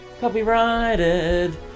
copyrighted